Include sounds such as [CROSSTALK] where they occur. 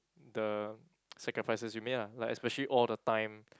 the [NOISE] sacrifices you made ah like especially all the time